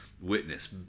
witness